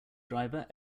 driver